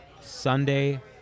Sunday